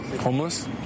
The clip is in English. Homeless